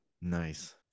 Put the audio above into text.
nice